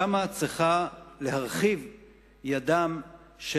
שם צריכה להרחיב ידן של